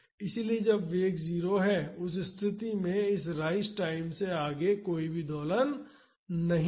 इसलिए जब वेग 0 है उस स्थिति में इस राइज टाइम से आगे कोई दोलन नहीं है